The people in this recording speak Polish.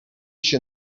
się